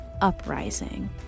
uprising